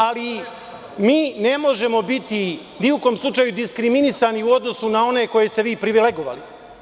Ali mi ne možemo biti ni u kom slučaju diskriminisani u odnosu na one koje ste vi privilegovali.